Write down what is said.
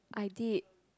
I did